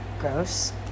gross